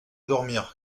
dormir